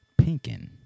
Pinkin